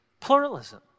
pluralism